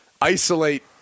isolate